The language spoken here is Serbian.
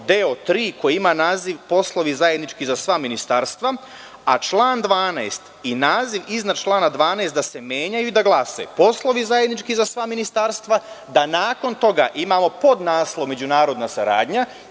deo III koji ima naziv – poslovi zajednički za sva ministarstva, a član 12. i naziv iznad člana 12. menjaju i glase: „poslovi zajednički za sva ministarstva“ da nakon toga imamo podnaslov – međunarodna saradnja